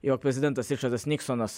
jog prezidentas ričardas niksonas